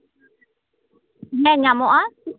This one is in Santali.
ᱦᱮᱸ ᱧᱟᱢᱚᱜᱼᱟ